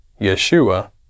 Yeshua